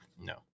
No